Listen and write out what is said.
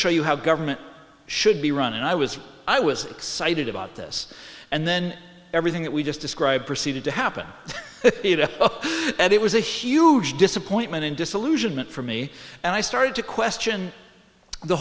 show you how government should be run and i was i was excited about this and then everything that we just described proceeded to happen and it was a huge disappointment and disillusionment for me and i started to question the